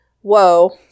whoa